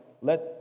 let